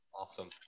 Awesome